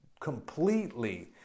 completely